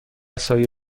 سایه